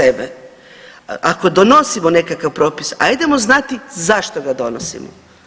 Ako donosimo nekakav propis ajdemo znati zašto ga donosimo.